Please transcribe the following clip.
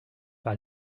par